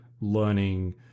learning